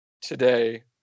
today